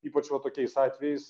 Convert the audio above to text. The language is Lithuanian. ypač va tokiais atvejais